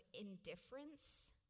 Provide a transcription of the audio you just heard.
indifference